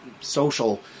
social